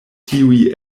tiuj